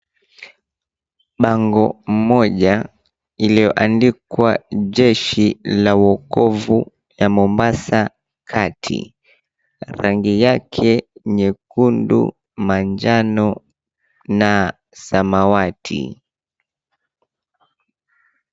Bango moja ilioandikwa Jeshi la Wokovu ya Mombasa kati. Rangi yake nyekundu, manjano na samawati.